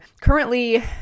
currently